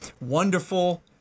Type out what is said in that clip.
wonderful